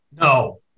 No